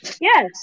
Yes